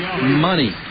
money